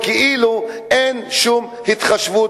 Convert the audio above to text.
כאילו אין שום התחשבות,